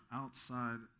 outside